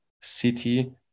city